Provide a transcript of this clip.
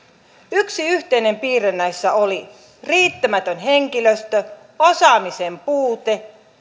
yksi yhteinen piirre näissä oli riittämätön henkilöstö osaamisen puute